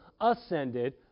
ascended